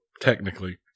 Technically